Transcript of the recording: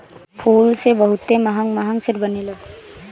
फूल से बहुते महंग महंग सेंट बनेला